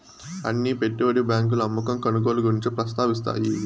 అన్ని పెట్టుబడి బ్యాంకులు అమ్మకం కొనుగోలు గురించి ప్రస్తావిస్తాయి